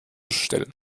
stellen